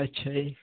ਅੱਛਾ ਜੀ